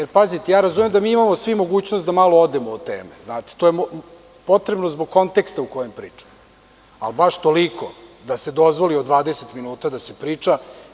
Razumem da svi imamo mogućnost da malo odemo od teme, to je potrebno zbog konteksta u kojem pričamo, ali baš toliko da se dozvoli od 20 minuta da se priča.